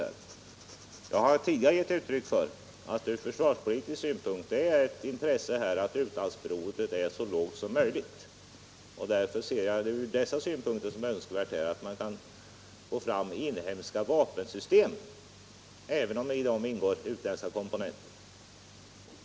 Men det är, som jag tidigare har sagt, av intresse från försvarspolitisk synpunkt att utlandsberoendet är så litet som möjligt. Därför ser jag det som önskvärt att vi kan få fram inhemska vapensystem även om det i dem ingår utländska komponenter.